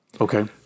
Okay